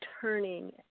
turning